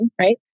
right